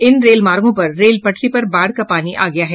इन रेलमार्गों पर रेल पटरी पर बाढ़ का पानी आ गया है